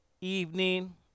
evening